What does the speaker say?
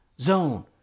zone